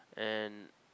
and